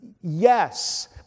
Yes